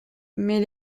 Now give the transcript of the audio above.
mais